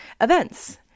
events